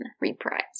Reprise